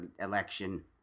election